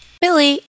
Billy